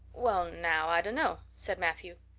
well now, i dunno, said matthew.